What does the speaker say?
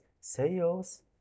sales